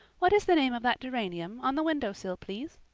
what is the name of that geranium on the window-sill, please?